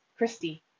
Christy